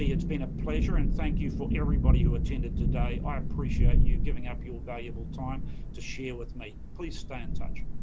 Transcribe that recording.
it's been a pleasure. and thank you for everybody who attended today. i appreciate you giving up your valuable time to share with me. please stay in touch.